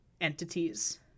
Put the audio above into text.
entities